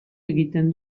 egiten